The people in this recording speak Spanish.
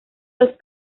los